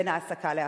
בין העסקה להעסקה.